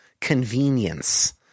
convenience